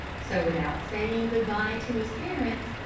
so without saying good-bye to his parents,